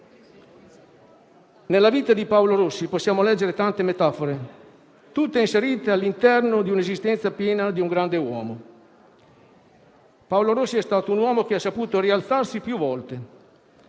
Nella vita di Paolo Rossi possiamo leggere tante metafore, tutte inserite all'interno di un'esistenza piena di un grande uomo. Paolo Rossi è stato un uomo che ha saputo rialzarsi più volte.